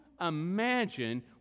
Imagine